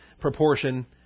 proportion